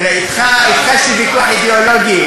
תראה, אתך יש לי ויכוח אידיאולוגי.